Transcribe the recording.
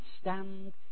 stand